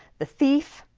the thief,